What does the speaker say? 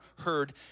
heard